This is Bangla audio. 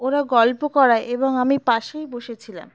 ওরা গল্প করায় এবং আমি পাশেই বসেছিলাম